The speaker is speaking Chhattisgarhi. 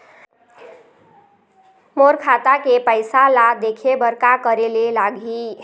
मोर खाता के पैसा ला देखे बर का करे ले लागही?